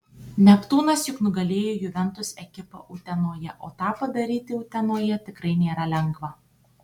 neptūnas juk nugalėjo juventus ekipą utenoje o tą padaryti utenoje tikrai nėra lengva